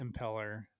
impeller